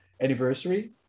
anniversary